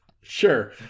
Sure